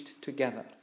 Together